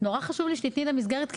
נורא חשוב לי שתתני לי מסגרת,